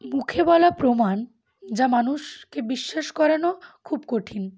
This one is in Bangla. মুখে বলা প্রমাণ যা মানুষকে বিশ্বাস করানো খুব কঠিন